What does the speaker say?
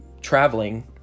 traveling